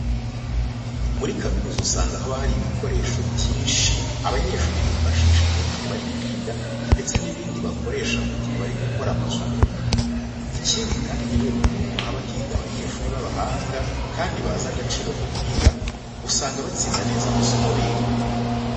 Muri kaminuza usanga haba hari ibikoresho byinshi abanyeshuri bifashisha mu gihe bari kwiga ndetse n'ibindi bakoresha mu gihe bari gukora amasuku. Ikindi kandi kubera ukuntu haba higa abanyeshuri b'abahanga kandi bazi agaciro ko kwiga, usanga batsinda neza amasomo biga.